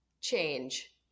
change